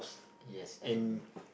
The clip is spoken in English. yes and